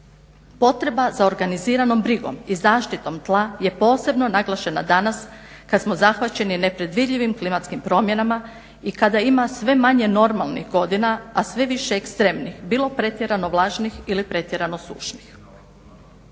Potreba za organiziranom brigom i zaštitom tla je posebno naglašena danas kad smo zahvaćeni nepredvidivim klimatskim promjenama i kada ima sve manje normalnih godina a sve više ekstremnih bilo pretjerano vlažnih ili pretjerano sušnih.